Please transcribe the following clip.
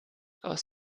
aus